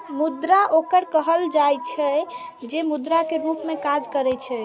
मुद्रा ओकरा कहल जाइ छै, जे मुद्रा के रूप मे काज करै छै